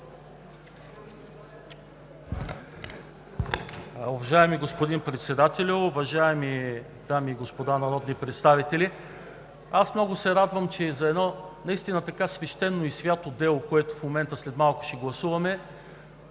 Уважаеми господин Председателю, уважаеми дами и господа народни представители! Много се радвам, че за едно наистина свещено и свято дело, което след малко ще гласуваме…